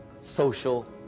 social